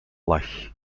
lach